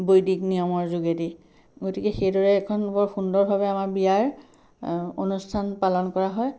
বৈদিক নিয়মৰ যোগেদি গতিকে সেইদৰে এখন বৰ সুন্দৰভাৱে আমাৰ বিয়াৰ অনুষ্ঠান পালন কৰা হয়